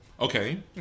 Okay